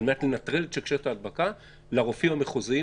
מנת לנטרל את שרשרת ההדבקה לרופאים המחוזיים